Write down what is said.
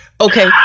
okay